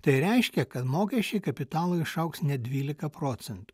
tai reiškia kad mokesčiai kapitalui išaugs net dvylika procentų